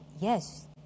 yes